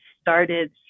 started